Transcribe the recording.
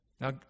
Now